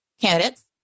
candidates